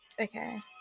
Okay